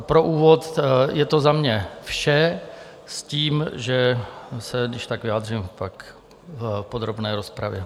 Pro úvod je to za mě vše s tím, že se když tak vyjádřím pak v podrobné rozpravě.